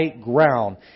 ground